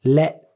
let